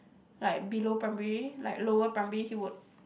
like below primary like lower primary he would